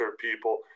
people